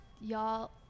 y'all